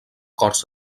corts